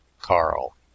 Carl